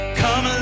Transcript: come